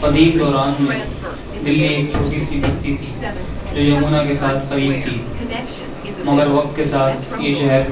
قدیم دوران میں دلی ایک چھوٹی سی بستی تھی جو یمونا کے ساتھ قریب تھی مگر وقت کے ساتھ یہ شہر